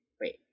Wait